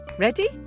Ready